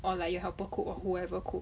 or like your helper cook or whoever cook